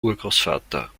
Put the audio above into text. urgroßvater